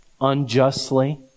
unjustly